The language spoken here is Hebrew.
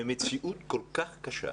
במציאות כל כך קשה,